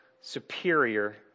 superior